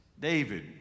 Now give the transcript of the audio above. David